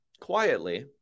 quietly